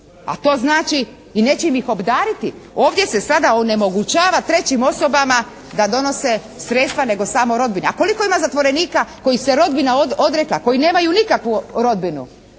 a to znači i nečim ih obdariti. Ovdje se sada onemogućava trećim osobama da donose sredstva, nego samo rodbina. A koliko ima zatvorenika kojih se rodbina odrekla, koji nemaju nikakvu rodbinu?